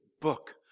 book